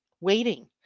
waiting